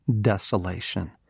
desolation